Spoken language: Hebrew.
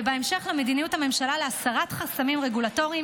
ובהמשך למדיניות הממשלה להסרת חסמים רגולטוריים